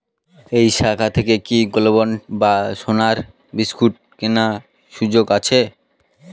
এই শাখা থেকে কি গোল্ডবন্ড বা সোনার বিসকুট কেনার সুযোগ আছে?